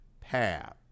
path